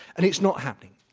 and it's not happening.